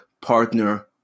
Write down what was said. partner